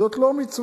זאת לא מצווה,